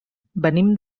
venim